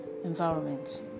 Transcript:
environment